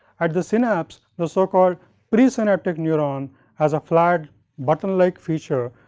at the synapse, the so called presynaptic neuron has a flat button like feature,